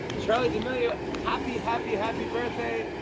charli d'amelio, happy, happy, happy birthday!